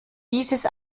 dieses